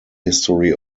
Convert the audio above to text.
history